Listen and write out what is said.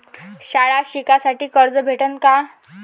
शाळा शिकासाठी कर्ज भेटन का?